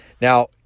Now